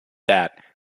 that